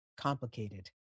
complicated